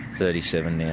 thirty seven yeah